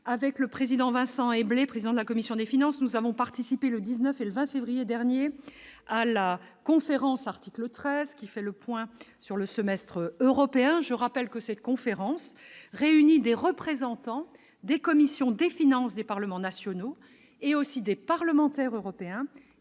avec le président Vincent et blé, président de la commission des finances, nous avons participé, le 19 et le 20 février dernier à la conférence, article 13 qui fait le point sur le semestre européen, je rappelle que cette conférence réunit des représentants des commissions des Finances des parlements nationaux, et aussi des parlementaires européens